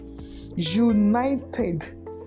United